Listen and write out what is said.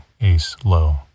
ace-low